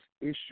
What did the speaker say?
issue